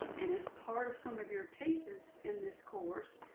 and as part of some of your cases in this course,